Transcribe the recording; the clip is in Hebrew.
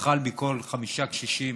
אחד מכל חמישה קשישים